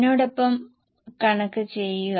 എന്നോടൊപ്പം കണക്കു ചെയ്യുക